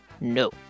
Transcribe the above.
No